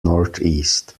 northeast